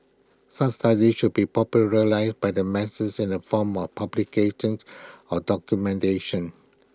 such studies should be popularized but the masses in the form of publications or documentation